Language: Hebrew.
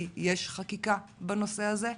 כי יש חקיקה בנושא הזה,